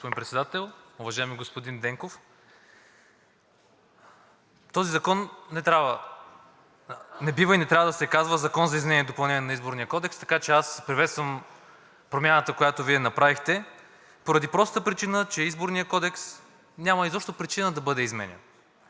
Уважаеми господин Председател, уважаеми господин Денков! Този закон не бива и не трябва да се казва „Закон за изменение и допълнение на Изборния кодекс“, така че аз приветствам промяната, която Вие направихте, поради простата причина, че Изборният кодекс няма изобщо причина да бъде изменян.